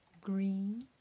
green